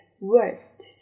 Worst